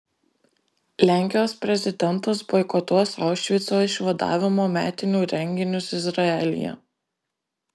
lenkijos prezidentas boikotuos aušvico išvadavimo metinių renginius izraelyje